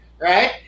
right